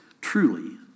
Truly